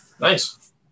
nice